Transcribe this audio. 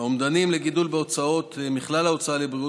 האומדנים לגידול בהוצאות מכלל ההוצאה על בריאות